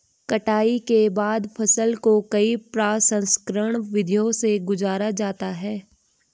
कटाई के बाद फसल को कई प्रसंस्करण विधियों से गुजारा जाता है